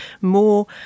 more